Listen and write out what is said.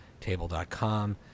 table.com